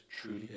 truly